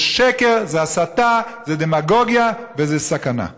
זה שקר, זו הסתה, זו דמגוגיה וזו סכנה.